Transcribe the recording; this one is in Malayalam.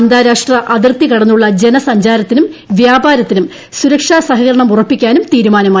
അന്താരാഷ്ട്ര അതിർത്തി കടന്നുളള ജനസഞ്ചാരത്തിനും വ്യാപാരത്തിനും സുരക്ഷാ സഹകരണം ഉറപ്പിക്കാനും തീരുമാനമായി